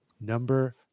Number